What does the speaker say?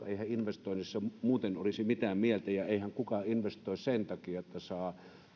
eihän investoinnissa muuten olisi mitään mieltä ja eihän kukaan investoi sen takia että saa